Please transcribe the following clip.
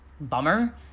bummer